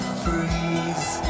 freeze